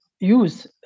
use